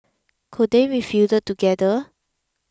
could they be fielded together